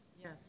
Yes